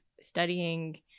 studying